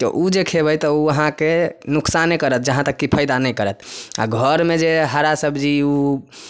तऽ ओ जे खेबै तऽ ओ अहाँके नुकसाने करत जहाँ तक कि फाइदा नहि करत आ घरमे जे हरा सब्जी ओ